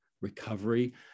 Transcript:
recovery